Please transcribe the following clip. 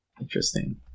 Interesting